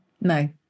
No